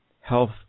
health